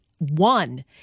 one